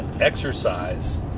exercise